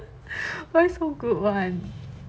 why so good [one]